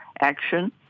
action